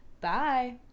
Bye